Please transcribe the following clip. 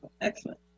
Excellent